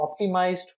optimized